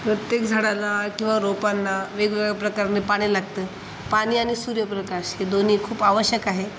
प्रत्येक झाडांना किंवा रोपांना वेगवेगळ्या प्रकारने पाणी लागतं पाणी आणि सूर्यप्रकाश हे दोन्ही खूप आवश्यक आहे